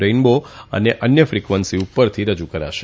rainbow અને અન્ય frequency ઉપરથી રજુ કરાશે